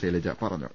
ശൈലജ പറഞ്ഞു